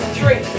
Three